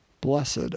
blessed